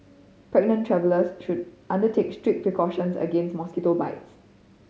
pregnant travellers should undertake strict precautions against mosquito bites